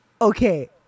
okay